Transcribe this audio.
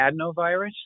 adenovirus